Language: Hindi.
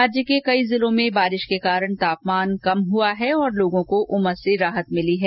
राज्य के कई जिलों में तापमान कम हुआ है और लोगों को उमस से राहत मिली है